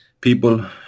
people